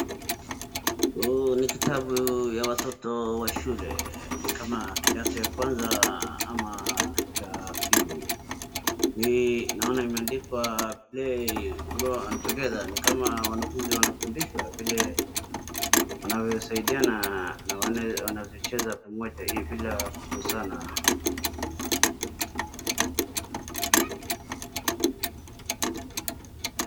Huu ni kitabu ya watoto wa shule ni kama kidato cha kwanza ama cha pili hii naona imeandikwa play learn and grow together nikama wanafunzi wanafundishwa vile wanavyosaidiana na wanavyocheza pamoja ya busara.